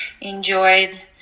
enjoyed